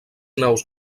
naus